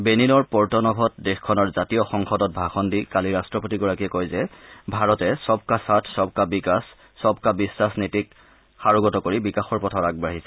বেনিনৰ পৰ্ট নভত দেশখনৰ জাতীয় সংসদত ভাষণ দি কালি ৰাট্টপতিগৰাকীয়ে কয় যে ভাৰতে সৰকা সাথ সবকা বিকাশ সৰকা বিশ্বাস নীতিক সাৰোগতি কৰি বিকাশৰ পথত আগবাঢ়িছে